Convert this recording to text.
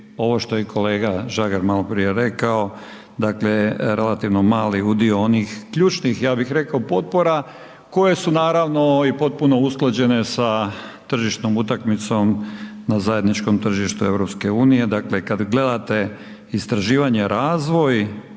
ovo što je i kolega Žagar maloprije rekao, dakle relativno mali udio onih ključnih ja bih rekao, koje su naravno i potpuno usklađene sa tržišnom utakmicom na zajedničkom tržištu EU-a. Dakle kad gledate istraživanje i razvoj,